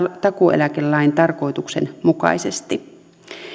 takuueläkelain tarkoituksen mukaisesti